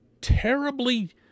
terribly